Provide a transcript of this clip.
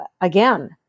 again